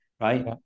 right